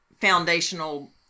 foundational